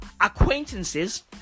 acquaintances